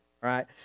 right